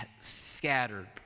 scattered